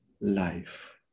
life